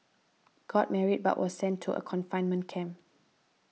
got married but was sent to a confinement camp